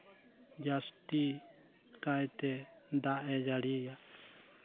ᱡᱟᱹᱥᱛᱤ ᱠᱟᱭᱛᱮ ᱫᱟᱜ ᱮ ᱡᱟᱹᱲᱤᱭᱟ